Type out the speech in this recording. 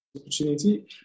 opportunity